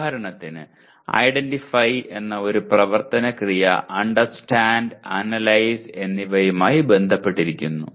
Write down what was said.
ഉദാഹരണത്തിന് ഐഡന്റിഫയ് എന്ന ഒരു പ്രവർത്തന ക്രിയ അണ്ടർസ്റ്റാൻഡ് അനലൈസ് എന്നിവയുമായി ബന്ധപ്പെട്ടിരിക്കുന്നു